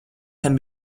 can